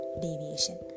deviation